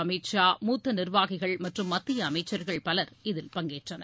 அமீத் ஷா மூத்த நிர்வாகிகள் மற்றும் மத்திய அமைச்சர்கள் பவர் இதில் பங்கேற்றனர்